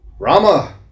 Rama